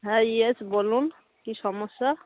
হ্যাঁ ইয়েস বলুন কী সমস্যা